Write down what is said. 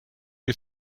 you